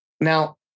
Now